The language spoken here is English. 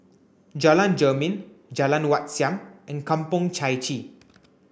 Jalan Jermin Jalan Wat Siam and Kampong Chai Chee